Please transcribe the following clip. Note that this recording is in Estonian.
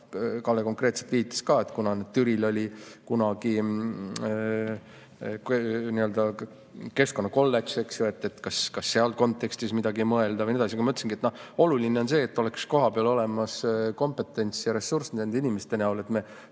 Kalle konkreetselt viitas ka, et kuna Türil oli kunagi keskkonnakolledž, eks ju, siis kas võiks selles kontekstis midagi mõelda ja nii edasi. Nagu ma ütlesin, oluline on see, et oleks kohapeal olemas kompetents ja ressurss nende inimeste näol, et me